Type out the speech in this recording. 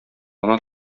гына